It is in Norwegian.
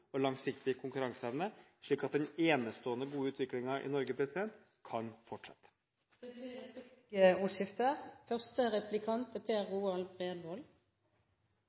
og langsiktig konkurranseevne, slik at den enestående gode utviklingen i Norge kan fortsette. Det blir replikkordskifte.